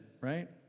right